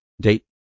date